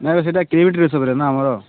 ନାଇଁ ସେଟା ନା ଆମର